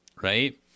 right